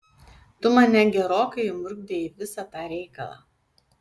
tu mane gerokai įmurkdei į visą tą reikalą